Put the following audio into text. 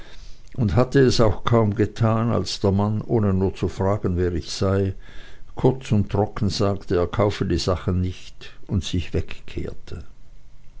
und hatte es auch kaum getan als der mann ohne nur zu fragen wer ich sei kurz und trocken sagte er kaufe die sachen nicht und sich wegkehrte